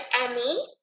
Emmy